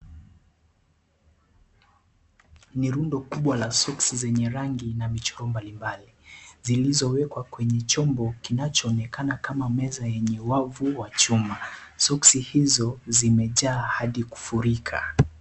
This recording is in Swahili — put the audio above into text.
Ni rundo kubwa la soksi zenye rangi na michoro mbali mbali, zilizowekwa kwenye chombo kinachoonekana kama meza yenye wavu wa chuma, soksi hizo zimejaa hadi kufurika.